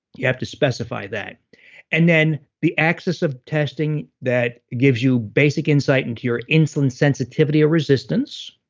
you have to specify that and then, the access of testing that gives you basic insight and cure insulin sensitivity or resistance.